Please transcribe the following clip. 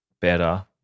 Better